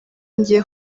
ngiye